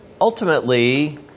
ultimately